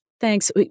Thanks